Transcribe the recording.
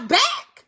back